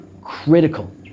critical